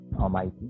Almighty